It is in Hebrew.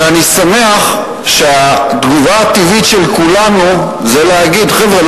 שאני שמח שהתגובה הטבעית של כולנו זה להגיד: חבר'ה,